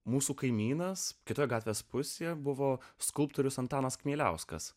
mūsų kaimynas kitoje gatvės pusėje buvo skulptorius antanas kmieliauskas